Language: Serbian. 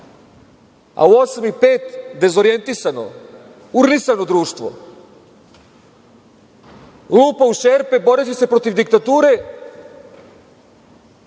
a u 20.05 dezorijentisano, urnisano društvo lupa u šerpe boreći se protiv diktature,